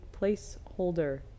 placeholder